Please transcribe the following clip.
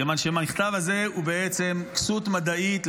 כיוון שהמכתב הזה הוא בעצם כסות מדעית,